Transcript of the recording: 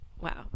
Wow